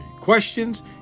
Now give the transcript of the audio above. questions